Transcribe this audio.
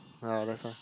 ah that's why